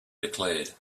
declared